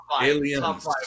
Aliens